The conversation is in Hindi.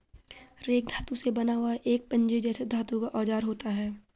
रेक धातु से बना हुआ एक पंजे जैसा धातु का औजार होता है